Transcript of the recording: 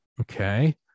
Okay